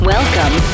Welcome